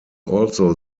also